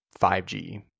5g